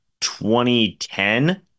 2010